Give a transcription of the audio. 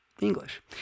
english